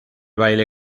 baile